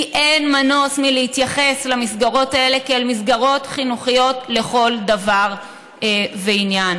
כי אין מנוס מלהתייחס למסגרות האלה כאל מסגרות חינוכיות לכל דבר ועניין.